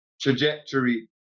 trajectory